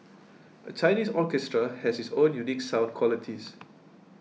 a Chinese orchestra has its own unique sound qualities